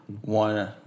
one